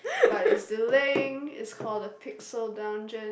but it's delaying it's called the Pixar dungeon